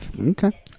Okay